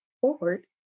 forward